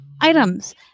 items